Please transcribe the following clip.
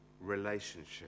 relationship